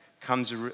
comes